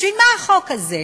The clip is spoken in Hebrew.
בשביל מה החוק הזה?